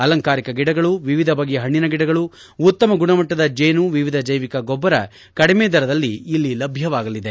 ಅಲಂಕಾರಿಕ ಗಿಡಗಳು ವಿವಿಧ ಬಗೆಯ ಹಣ್ಣಿನ ಗಿಡಗಳು ಉತ್ತಮ ಗುಣಮಟ್ಟದ ಜೇನು ವಿವಿಧ ಜೈವಿಕ ಗೊಬ್ಬರ ಕಡಿಮೆ ದರದಲ್ಲಿ ಇಲ್ಲಿ ಲಭ್ಯವಾಗಲಿದೆ